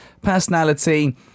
personality